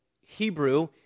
Hebrew